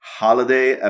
holiday